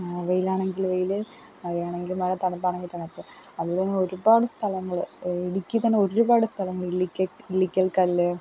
വെയിലാണെങ്കില് വെയില് മഴയാണെങ്കില് മഴ തണുപ്പാണെങ്കില് തണുപ്പ് അങ്ങനെ ഒരുപാട് സ്ഥലങ്ങള് ഇടുക്കിയില്ത്തന്നെ ഒരുപാട് സ്ഥലങ്ങള് ഇല്ലിക്കൽക്കല്ല്